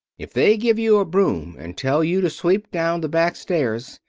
if they give you a broom and tell you to sweep down the back stairs,